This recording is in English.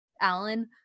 alan